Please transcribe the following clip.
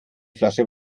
flasche